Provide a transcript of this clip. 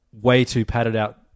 way-too-padded-out